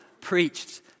preached